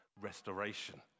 restoration